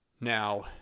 Now